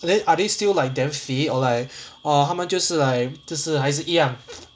then are they still like damn fit or like oh 他们就是 like 就是还是一样